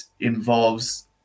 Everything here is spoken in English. involves